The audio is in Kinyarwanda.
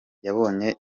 yabonye